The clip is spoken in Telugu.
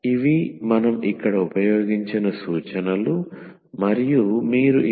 ఇవి మనం ఇక్కడ ఉపయోగించిన సూచనలు మరియు మీరు ఇవన్నీ విన్నందుకు ధన్యవాదాలు